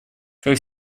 как